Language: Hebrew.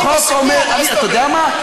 החוק אומר, אתה יודע מה?